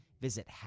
Visit